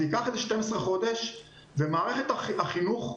זה ייקח כ-12 חודש ומערכת החינוך,